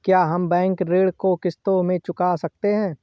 क्या हम बैंक ऋण को किश्तों में चुका सकते हैं?